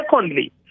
Secondly